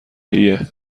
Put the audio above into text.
ایه